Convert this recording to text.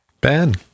Ben